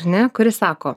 ar ne kuris sako